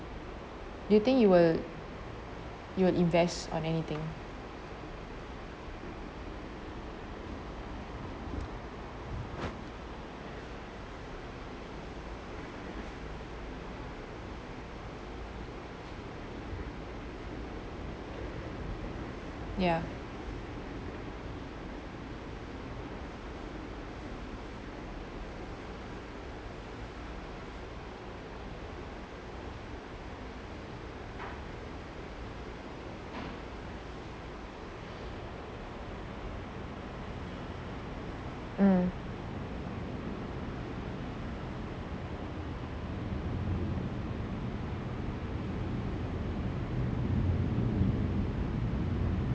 you think you will you will invest on anything ya mm